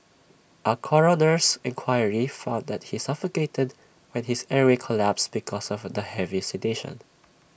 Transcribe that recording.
A coroner's inquiry found that he suffocated when his airway collapsed because of the heavy sedation